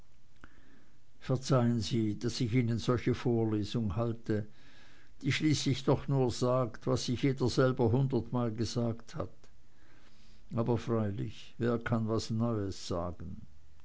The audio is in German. verzeihen sie daß ich ihnen solche vorlesung halte die schließlich doch nur sagt was sich jeder selber hundertmal gesagt hat aber freilich wer kann was neues sagen